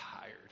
tired